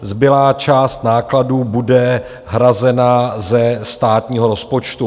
Zbylá část nákladů bude hrazena ze státního rozpočtu.